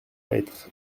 être